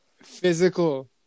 physical